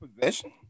possession